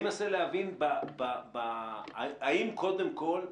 אני מנסה להבין: האם, קודם כול,